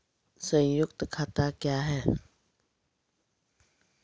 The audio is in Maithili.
संयुक्त खाता क्या हैं?